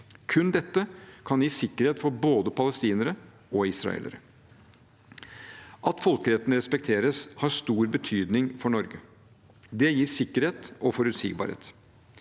Kun dette kan gi sikkerhet for både palestinere og israelere. At folkeretten respekteres, har stor betydning for Norge. Det gir sikkerhet og forutsigbarhet.